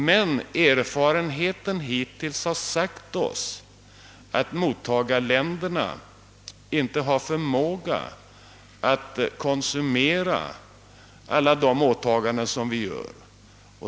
Men erfarenheten hittills har visat, att mottagarländerna inte har förmåga att konsumera alla de åtaganden som vi gör.